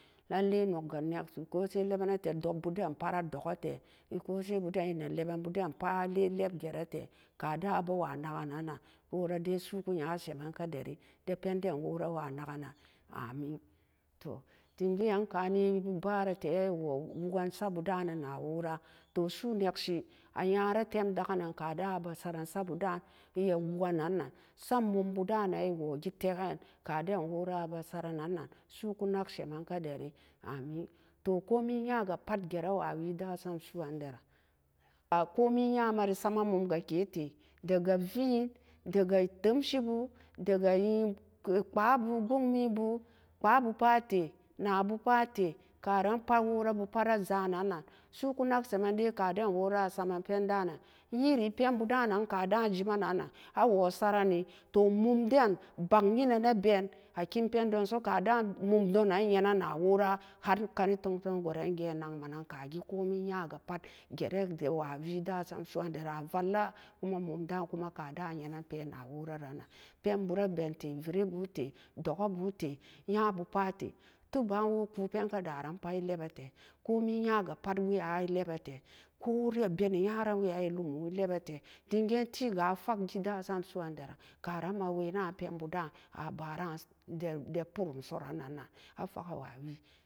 Nen lee nong e yelti kosai leben ne tee dop bo den pa ra dog be tee e kosai bu den e ne lee been bu den pat e lem je ree tee ka den wora dai su'u ku nyara semen ka dari da pen den wora waa naken nana amin toh dem gee an kanée e baa ree tee e wo woken sat bu dan e a woke nan na sat mum bu dan e wo gee tee ken ka den wora a saren nan nan su'uku nak semen ka dari amin toh komai nya ga pat geree wa wee da sam su'u andaran a kome ya ma e sama mum ga ree tee daga reen daga tomsi bu daga kpang bu pbund mi bu kpang bu pat ree tee naa bu pat e tee karan pat woo ra bu pat a jen nan nan su'u ku nak semen dee ka den woora a semen pen da nan e yéri ka den wora jen men nan nan a woo sareni toh mum den bak e nan ne ben akin pen don so ka dan mum do nan yene na woraa ar kani tog-tog gu ran gee nakme nen ka kee komai ya ga pat jeren je wa wee dasam su'uan daran a valla ku ma mum da ku ma ka da yee nen pee na wora ran nan pen bu re ben tee veree bu tee doka bu tee nya bu pat ree tee tot ba wo ku ka, pee na-na da ran pat a lee bee tee komai nya ga pat e lee bee tee ko a beni nya ran watan pat e lebee tee dim geen tee ga'a a fak tee dasam su'uandaran karan ma wee nan peen bu da'an a bara da porum so an nan-nan a faki wa wee.